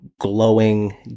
glowing